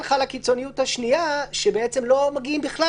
הממשלה הלכה לקיצוניות השנייה שאומרת שלא מגיעים בכלל